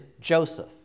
Joseph